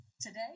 today